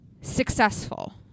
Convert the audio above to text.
successful